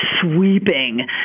sweeping